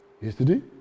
Yesterday